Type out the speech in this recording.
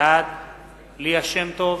בעד ליה שמטוב,